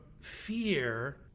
fear